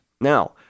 Now